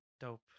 dope